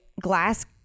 Glass